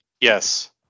Yes